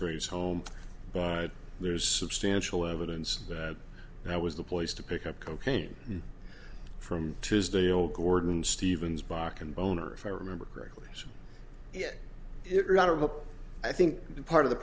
grave home but there's substantial evidence that that was the place to pick up cocaine from tuesday or gordon stevens barkin boehner if i remember correctly i think part of the